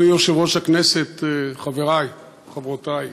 כבוד יושב-ראש הכנסת, חברי, חברותי,